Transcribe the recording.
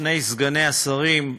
שני סגני השרים,